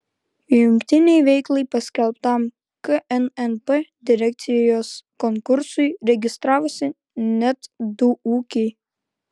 jungtinei veiklai paskelbtam knnp direkcijos konkursui registravosi net du ūkiai